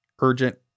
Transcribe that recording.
urgent